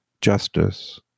justice